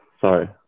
Sorry